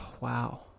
Wow